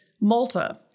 Malta